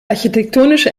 architektonische